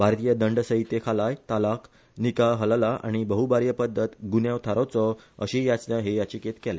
भारतीय दंडसंहिते खालाय तलाक निकाह हलाला आनी बहभार्या पध्दत ग्न्याव थारावचो अशीय याचना हे याचिकेत केल्या